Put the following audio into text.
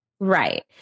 Right